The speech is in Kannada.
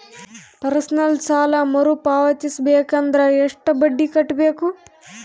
ಪರ್ಸನಲ್ ಸಾಲ ಮರು ಪಾವತಿಸಬೇಕಂದರ ಎಷ್ಟ ಬಡ್ಡಿ ಕಟ್ಟಬೇಕು?